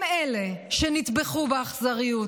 הם אלה שנטבחו באכזריות,